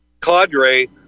cadre